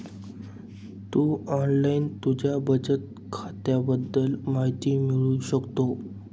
तू online तुझ्या बचत खात्याबद्दल माहिती मिळवू शकतो